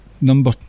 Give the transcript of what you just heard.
number